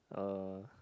uh